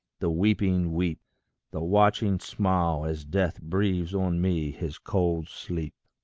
the weeping weep the watching smile, as death breathes on me his cold sleep.